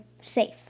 safe